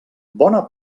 bona